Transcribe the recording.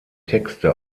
texte